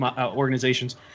organizations